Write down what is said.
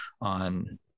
on